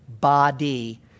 body